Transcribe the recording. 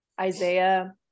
isaiah